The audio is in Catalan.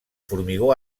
formigó